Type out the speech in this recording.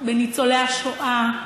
בניצולי השואה,